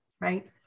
right